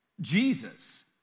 Jesus